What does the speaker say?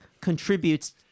contributes